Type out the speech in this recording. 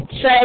say